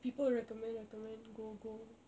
people recommend recommend go go